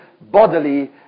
bodily